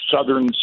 southern